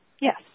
yes